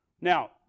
Now